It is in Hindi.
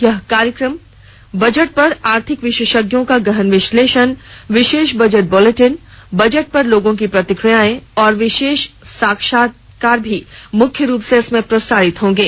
इस कार्यक्रम में बजट पर आर्थिक विशेषज्ञों का गहन विश्लेषण विशेष बजट बुलेटिन बजट पर लोगों की प्रतिक्रियाएं और विशेष साक्षात्कार भी मुख्य रूप से प्रसारित होंगे